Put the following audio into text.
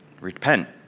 repent